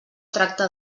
tracta